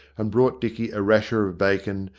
and brought dicky a rasher of bacon,